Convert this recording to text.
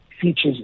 features